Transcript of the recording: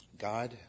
God